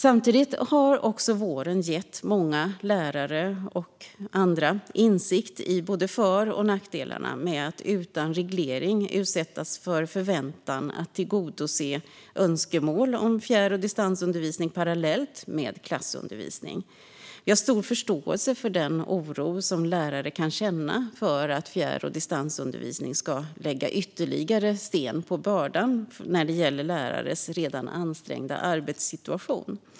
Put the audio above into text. Samtidigt har också våren gett många lärare och andra insikt i både för och nackdelar med att utan reglering utsättas för förväntan att tillgodose önskemål om fjärr och distansundervisning parallellt med klassundervisning. Vi har stor förståelse för den oro som lärare kan känna för att fjärr och distansundervisning ska lägga ytterligare sten på börda när det gäller lärares redan ansträngda arbetssituation.